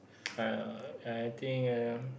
uh I think I am